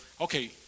okay